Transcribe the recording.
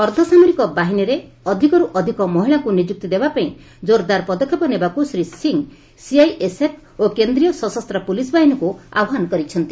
ଅର୍ଦ୍ଧସାମରିକ ବାହିନୀରେ ଅଧିକର ଅଧିକ ମହିଳାଙ୍କୁ ନିଯୁକ୍ତି ଦେବାପାଇଁ ଜୋର୍ଦାର୍ ପଦକ୍ଷେପ ନେବାକୁ ଶ୍ରୀ ସିଂ ସିଆଇଏସ୍ଏଫ୍ ଓ କେନ୍ଦ୍ରୀୟ ସଶସ୍ତ୍ର ପୁଲିସ ବାହିନୀକୁ ଆହ୍ନାନ କରିଛନ୍ତି